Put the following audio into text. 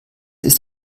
ist